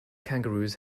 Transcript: kangaroos